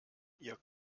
ihr